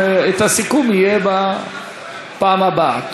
ואז הסיכום יהיה בפעם הבאה.